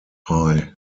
pie